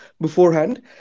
beforehand